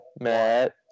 Matt